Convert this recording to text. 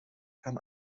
kann